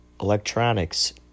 electronics